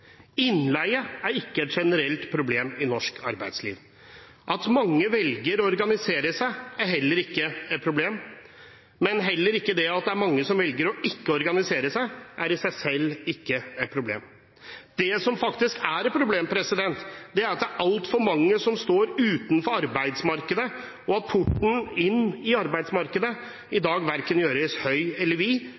Innleie er ikke et generelt problem i norsk arbeidsliv. At mange velger å organisere seg, er heller ikke et problem. Heller ikke det at mange velger ikke å organisere seg, er i seg selv et problem. Det som faktisk er et problem, er at det er altfor mange som står utenfor arbeidsmarkedet, og at porten inn i arbeidsmarkedet i dag verken gjøres høy eller